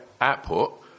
output